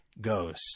goes